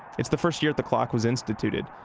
it's the first year the clock was instituted.